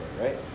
right